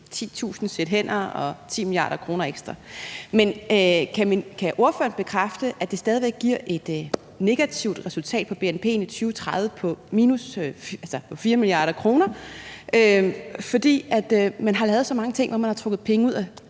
10.000 sæt hænder og 10 mia. kr. ekstra. Men kan ordføreren bekræfte, at det stadig væk giver et negativt resultat på bnp'en i 2030 på 4 mia. kr., fordi man har lavet så mange ting indtil videre, hvor man har trukket penge ud af